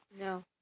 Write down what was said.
no